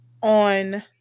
on